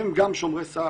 הם גם שומרי סף,